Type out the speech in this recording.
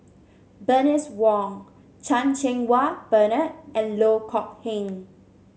Bernice Wong Chan Cheng Wah Bernard and Loh Kok Heng